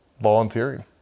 volunteering